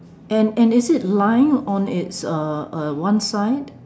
and and is it lying on it's uh uh one side